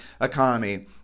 economy